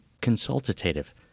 consultative